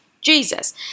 Jesus